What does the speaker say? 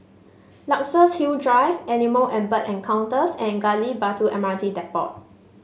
Luxus Hill Drive Animal and Bird Encounters and Gali Batu M R T Depot